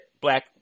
black